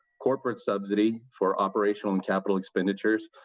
corporate subsidy for operational and capital expenditures.